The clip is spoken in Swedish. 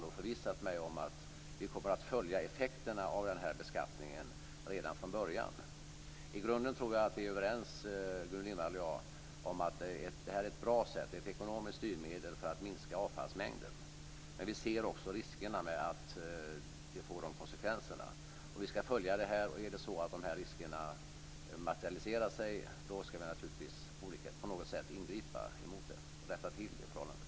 Jag har förvissat mig om att vi kommer att följa effekterna av beskattningen redan från början. I grunden tror jag att vi är överens Gudrun Lindvall och jag att det är ett bra sätt, ett ekonomiskt styrmedel för att minska avfallsmängden. Men vi ser också riskerna och det kan få konsekvenser. Vi skall följa detta. Om riskerna materialiserar sig skall vi naturligtvis på något sätt ingripa mot det och rätta till förhållandet.